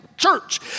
church